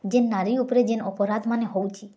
ଯେନ୍ ନାରୀ ଉପରେ ଯେନ୍ ଅପରାଧ୍ମାନେ ହୋଉଛି